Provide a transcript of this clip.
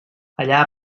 allà